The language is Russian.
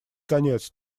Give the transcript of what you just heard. конец